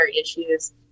issues